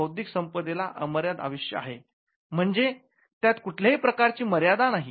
बौद्धिक संपदेला अमर्याद आयुष्य आहे म्हणजे त्यात कुठल्याही मर्यादा नाहीत